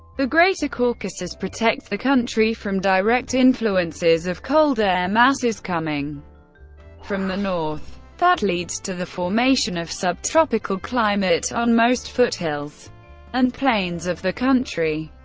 the greater caucasus protects the country from direct influences of cold air masses coming from the north. that leads to the formation of subtropical climate on most foothills and plains of the country.